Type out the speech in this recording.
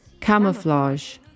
camouflage